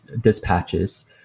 dispatches